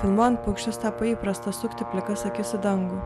tai man paukštis tapo įprasta sukti plikas akis į dangų